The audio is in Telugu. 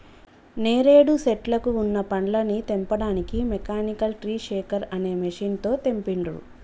నేరేడు శెట్లకు వున్న పండ్లని తెంపడానికి మెకానికల్ ట్రీ షేకర్ అనే మెషిన్ తో తెంపిండ్రు